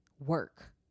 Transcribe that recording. work